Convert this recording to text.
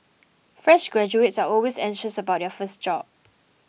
fresh graduates are always anxious about their first job